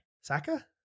Saka